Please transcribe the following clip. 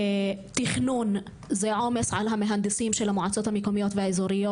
תכנון זה עומס על המהנדסים של המועצות המקומיות והאזוריות.